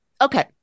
Okay